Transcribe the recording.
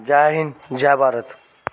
जय हिंद जय भारत